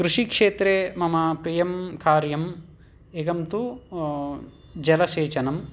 कृषिक्षेत्रे मम प्रियं कार्यम् एकं तु जलसेचनम्